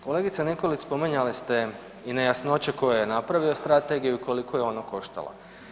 Kolegice Nikolić, spominjali ste i nejasnoće tko je napravio strategiju i koliko je ona koštala.